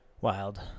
wild